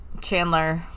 Chandler